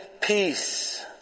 peace